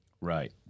Right